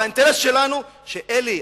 האינטרס שלנו שאלה,